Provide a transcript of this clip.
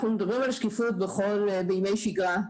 אנחנו מדברים על שקיפות בימי שגרה,